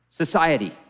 society